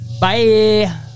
Bye